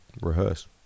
rehearse